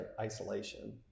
isolation